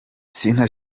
sina